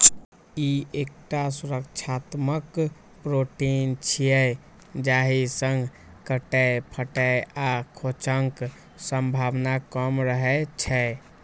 ई एकटा सुरक्षात्मक प्रोटीन छियै, जाहि सं कटै, फटै आ खोंचक संभावना कम रहै छै